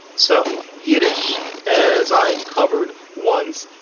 so yiddish, as i covered once,